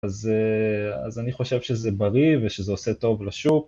‫אז אני חושב שזה בריא ‫ושזה עושה טוב לשוק.